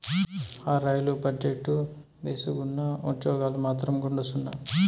ఆ, రైలు బజెట్టు భేసుగ్గున్నా, ఉజ్జోగాలు మాత్రం గుండుసున్నా